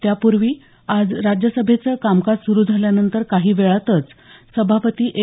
त्यापूर्वी आज राज्यसभेचं कामकाज सुरू झाल्यानंतर काही वेळातच सभापती एम